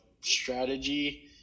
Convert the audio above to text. strategy